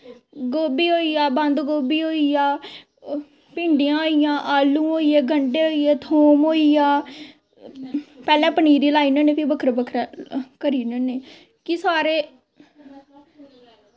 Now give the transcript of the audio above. गोभी होइया बंद गोभी होइया भिंडियां होइयां आलू होइये गंडे होइये थूंम होइया पैह्लैं पनीरी लाई ओड़ने होने फ्ही बक्खरै बक्खरै करी ओड़ने होन्ने कि सारे